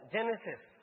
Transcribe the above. Genesis